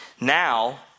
Now